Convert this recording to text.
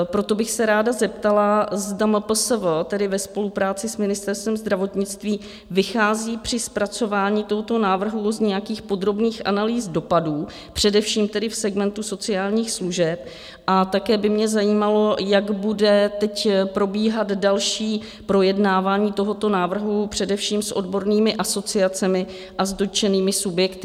Proto bych se ráda zeptala, zda MPSV ve spolupráci s Ministerstvem zdravotnictví vychází při zpracování tohoto návrhu z nějakých podrobných analýz dopadů, především v segmentu sociálních služeb, a také by mě zajímalo, jak bude teď probíhat další projednávání tohoto návrhu, především s odbornými asociacemi a s dotčenými subjekty.